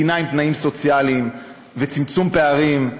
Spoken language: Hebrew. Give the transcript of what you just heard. מדינה עם תנאים סוציאליים וצמצום פערים,